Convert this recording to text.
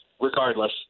regardless